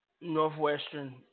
Northwestern